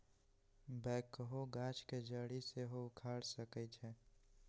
backhoe गाछ के जड़ी के सेहो उखाड़ सकइ छै